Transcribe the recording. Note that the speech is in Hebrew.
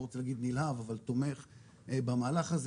אני לא רוצה להגיד נלהב אבל תומך במהלך הזה,